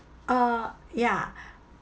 uh ya